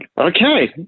okay